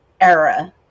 era